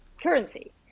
currency